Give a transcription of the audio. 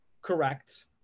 correct